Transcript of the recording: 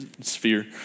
sphere